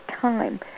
time